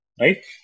right